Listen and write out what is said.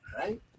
right